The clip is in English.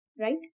Right